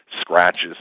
scratches